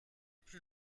plus